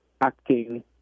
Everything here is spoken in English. acting